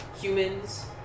humans